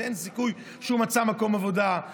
אין סיכוי שמצאו מקום עבודה.